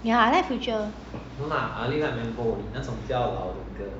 yeah I like future